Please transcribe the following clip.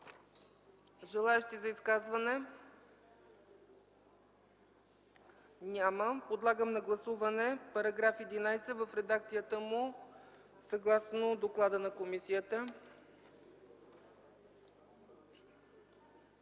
желаещи за изказване? Няма. Подлагам на гласуване § 11 в редакцията му съгласно доклада на комисията.